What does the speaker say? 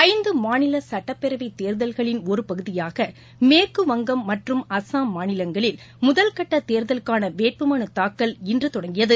ஐந்தமாநிலசட்டப்பேரவைத் தேர்தல்களின் ஒருபகுதியாகமேற்குவங்கம் மற்றும் அஸ்ஸாம் மாநிலங்களில் முதல்கட்டதேர்தலுக்கானவேட்புமனுதாக்கல் இன்றதொடங்கியது